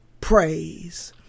praise